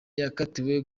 yakatiwe